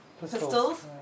pistols